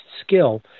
skill